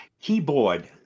keyboard